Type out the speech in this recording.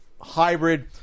hybrid